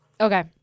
Okay